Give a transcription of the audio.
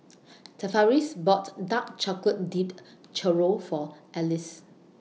Tavaris bought Dark Chocolate Dipped Churro For Ellis